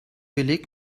beleg